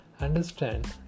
Understand